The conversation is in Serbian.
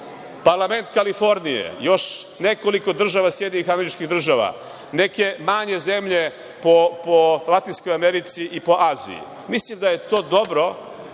Parlament Kalifornije i još nekoliko država SAD, neke manje zemlje po Latinskoj Americi i po Aziji. Mislim da je to dobro,